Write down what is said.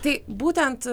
tai būtent